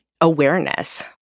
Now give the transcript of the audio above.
awareness